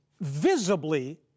visibly